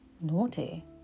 naughty